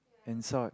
and Salt